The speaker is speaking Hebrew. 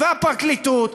והפרקליטות,